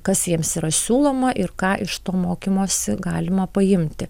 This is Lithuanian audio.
kas jiems yra siūloma ir ką iš to mokymosi galima paimti